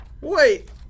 Wait